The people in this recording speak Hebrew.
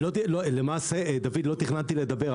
דוד, למעשה לא תכננתי לדבר.